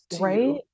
Right